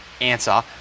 answer